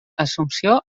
assumpció